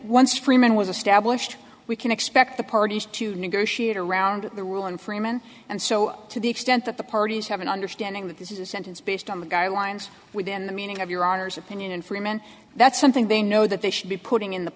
once freeman was a stablished we can expect the parties to negotiate around the rule and freeman and so to the extent that the parties have an understanding that this is a sentence based on the guidelines within the meaning of your honor's opinion and freeman that's something they know that they should be putting in the